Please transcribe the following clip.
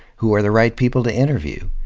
who are the right people to interview?